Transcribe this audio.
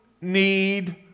need